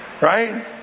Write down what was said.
Right